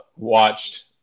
Watched